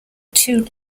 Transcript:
too